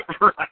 Right